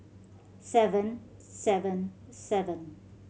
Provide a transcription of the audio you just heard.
seven seven seven